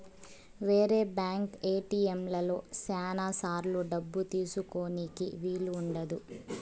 వేరే బ్యాంక్ ఏటిఎంలలో శ్యానా సార్లు డబ్బు తీసుకోనీకి వీలు ఉండదు